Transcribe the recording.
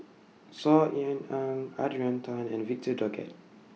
Saw Ean Ang Adrian Tan and Victor Doggett